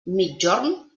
migjorn